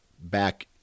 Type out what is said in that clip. back